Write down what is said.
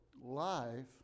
life